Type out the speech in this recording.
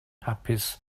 hapus